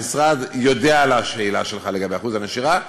המשרד יודע על השאלה שלך לגבי אחוז הנשירה,